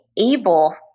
able